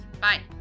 bye